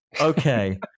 Okay